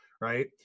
Right